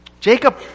Jacob